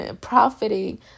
profiting